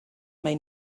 may